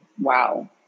wow